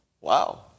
wow